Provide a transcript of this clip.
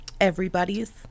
everybody's